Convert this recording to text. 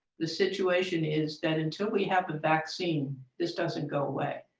the situation is that until we have a vaccine this doesn't go away.